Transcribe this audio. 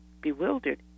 bewildered